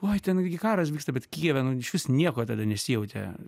oi ten gi karas vyksta bet kijeve nu išvis nieko tada nesijautė